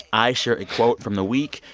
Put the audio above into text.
i share a quote from the week.